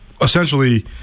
essentially